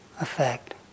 effect